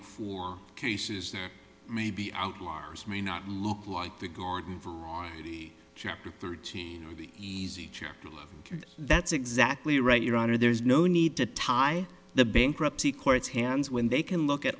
for cases there may be outliers may not look like the garden for chapter thirteen or the easy chair to live that's exactly right your honor there is no need to tie the bankruptcy courts hands when they can look at